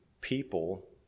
people